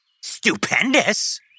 Stupendous